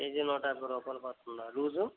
KG నూట యాభై రూపాయలు పడుతుందా లూజు